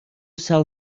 sell